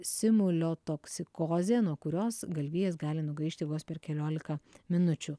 simuliotoksikozė nuo kurios galvijas gali nugaišti vos per keliolika minučių